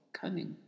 cunning